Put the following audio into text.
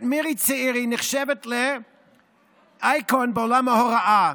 גב' מירי צעירי נחשבת לאייקון בעולם ההוראה,